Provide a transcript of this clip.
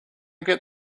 get